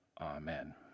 Amen